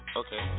okay